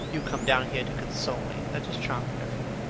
you come down here to console me. that is charming of you.